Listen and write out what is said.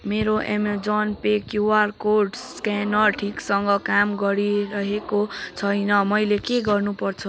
मेरो Amazon Pay QR code scanner ठिकसँग काम गरिरहेको छैन मैले के गर्नुपर्छ